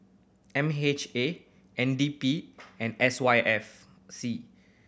M H A N D P and S Y F C